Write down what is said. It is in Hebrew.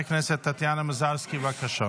חברת הכנסת טטיאנה מזרסקי, בבקשה.